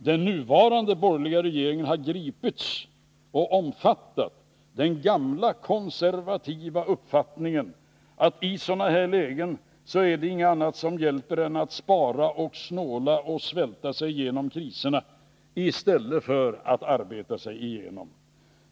Den nuvarande borgerliga regeringen har gripits av och omfattar den gamla konservativa uppfattningen, att i ett läge som detta hjälper ingenting annat än att spara och snåla samt svälta sig igenom kriserna i stället för att arbeta sig igenom dem.